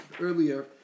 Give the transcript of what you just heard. earlier